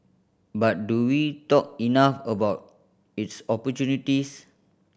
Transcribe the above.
but do we talk enough about its opportunities